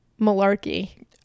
malarkey